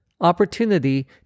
opportunity